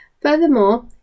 Furthermore